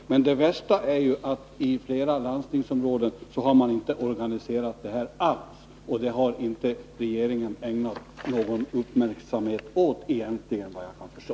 Men det värsta är att i flera landstingsområden har man inte organiserat det här alls. Det har regeringen egentligen inte ägnat någon uppmärksamhet, såvitt jag kan förstå.